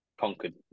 conquered